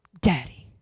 daddy